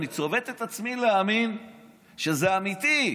אני צובט את עצמי להבין שזה אמיתי.